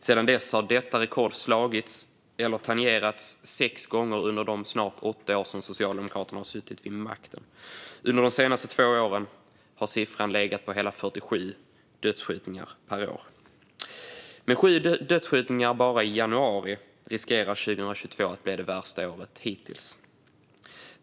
Sedan dess har detta rekord slagits eller tangerats sex gånger under de snart åtta år som Socialdemokraterna har suttit vid makten. Under de senaste två åren har siffran legat på hela 47 dödsskjutningar per år. Med sju dödsskjutningar bara i januari riskerar 2022 att bli det värsta året hittills.